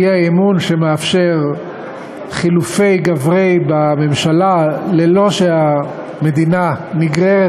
אי-אמון שמאפשר חילופי גברי בממשלה ללא שהמדינה נגררת